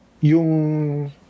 yung